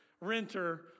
renter